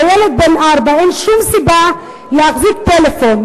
לילד בן ארבע אין שום סיבה להחזיק טלפון.